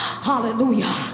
Hallelujah